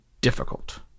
difficult